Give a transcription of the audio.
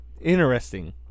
interesting